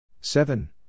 Seven